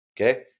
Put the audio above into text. Okay